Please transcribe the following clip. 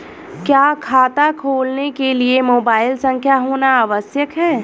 क्या खाता खोलने के लिए मोबाइल संख्या होना आवश्यक है?